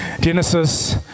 genesis